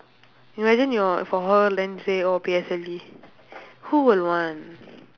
imagine your for her then you say oh P_S_L_E who will want